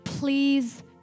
Please